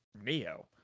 Neo